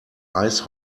ice